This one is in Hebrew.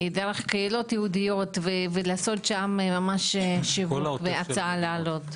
דרך קהילות יהודיות ולעשות שם ממש שיווק והצעה לעלות.